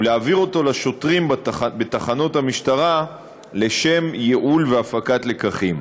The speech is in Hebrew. ולהעביר אותו לשוטרים בתחנות המשטרה לשם ייעול והפקת לקחים.